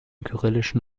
kyrillischen